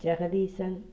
Jagadeesan